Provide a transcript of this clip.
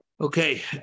Okay